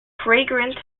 fragrant